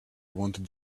wanted